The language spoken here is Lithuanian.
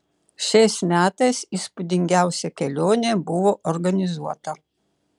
šiais metais įspūdingiausia kelionė buvo organizuota